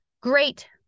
Great